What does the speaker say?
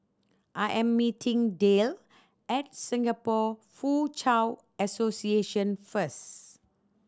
I am meeting Dale at Singapore Foochow Association first